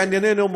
לענייננו,